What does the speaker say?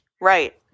Right